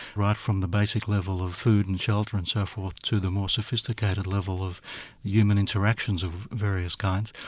right from the basic level of food and shelter and so forth, to the more sophisticated level of human interactions of various kinds,